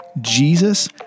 Jesus